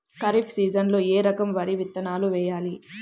ఖరీఫ్ సీజన్లో ఏ రకం వరి విత్తనాలు వేయాలి?